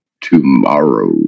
tomorrow